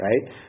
right